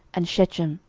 and shechem,